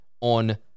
on